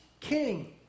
king